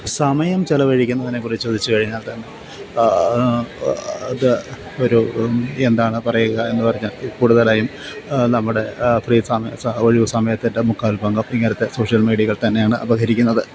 സമയം ചിലവഴിക്കുന്നതിനെക്കുറിച്ച് ചോദിച്ചു കഴിഞ്ഞാൽ അത് ഒരു എന്താണ് പറയുക എന്നു പറഞ്ഞാൽ കൂടുതലായും നമ്മുടെ ഫ്രീ ഒഴിവ് സമയത്തിൻ്റെ മുക്കാൽ പങ്കും ഇങ്ങനത്തെ സോഷ്യൽ മീഡിയകൾ തന്നെയാണ് അപഹരിക്കുന്നത്